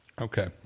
Okay